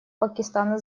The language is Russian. пакистана